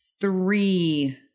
three